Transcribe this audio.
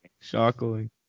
shocking